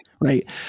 Right